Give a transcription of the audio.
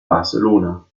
barcelona